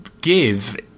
give